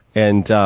and,